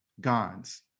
God's